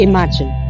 Imagine